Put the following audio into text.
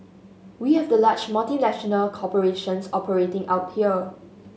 we have the large multinational corporations operating out here